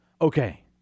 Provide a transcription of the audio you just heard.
Okay